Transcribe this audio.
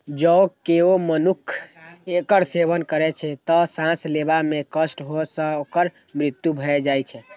जौं केओ मनुक्ख एकर सेवन करै छै, तं सांस लेबा मे कष्ट होइ सं ओकर मृत्यु भए जाइ छै